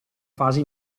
fase